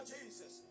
Jesus